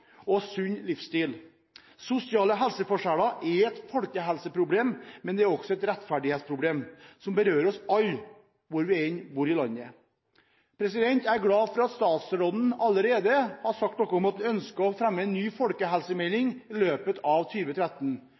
og sunn livsstil. Sosiale helseforskjeller er et folkehelseproblem, men det er også et rettferdighetsproblem som berører oss alle, hvor vi enn bor i landet. Jeg er glad for at statsråden allerede har sagt noe om at hun ønsker å fremme en ny folkehelsemelding i løpet av